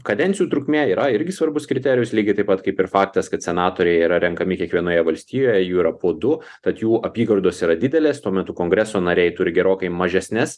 kadencijų trukmė yra irgi svarbus kriterijus lygiai taip pat kaip ir faktas kad senatoriai yra renkami kiekvienoje valstijoje jū yra po du tad jų apygardos yra didelės tuo metu kongreso nariai turi gerokai mažesnes